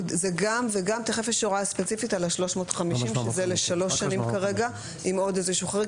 גם וגם יש הוראה ספציפית על ה-350 שזה כרגע לשלוש שנים עם חריג.